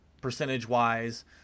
percentage-wise